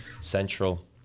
central